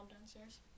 downstairs